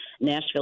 Nashville